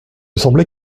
semblait